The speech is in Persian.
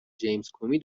جیمزکومی